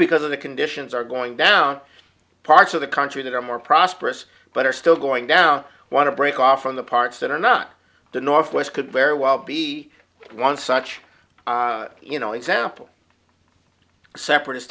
because of the conditions are going down parts of the country that are more prosperous but are still going down want to break off from the parts that are not the northwest could very well be one such you know example separat